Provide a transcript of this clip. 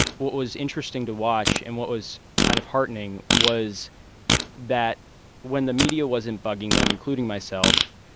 what was interesting to watch and what was kind of heartening was that when the media wasn't bugging them, including myself,